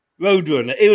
Roadrunner